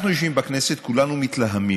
אנחנו יושבים בכנסת, כולנו מתלהמים.